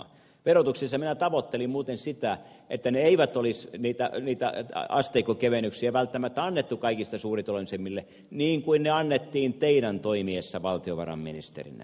verotuksessa minä tavoittelin muuten sitä että ei olisi asteikkokevennyksiä välttämättä annettu kaikista suurituloisimmille niin kuin ne annettiin teidän toimiessanne valtiovarainministerinä